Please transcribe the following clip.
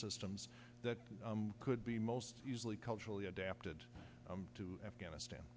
systems that could be most easily culturally adapted to afghanistan